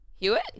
Hewitt